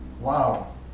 Wow